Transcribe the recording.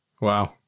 Wow